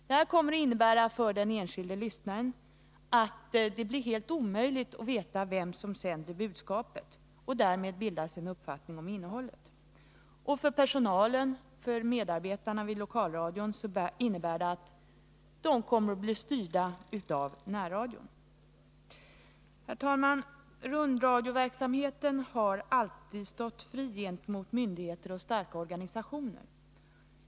Detta kommer att innebära att det för den enskilde lyssnaren blir helt omöjligt att veta vem som sänder budskapet, och det blir därmed omöjligt att bilda sig en uppfattning om innehållet. För medarbetarna vid lokalradion innebär det att de kommer att bli styrda av närradion. Herr talman! Rundradioverksamheten har alltid stått fri gentemot myndigheter och starka organisationer.